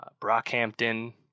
Brockhampton